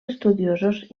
estudiosos